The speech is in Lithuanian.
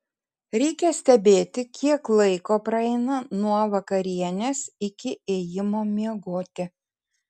reikia stebėti kiek laiko praeina nuo vakarienės iki ėjimo miegoti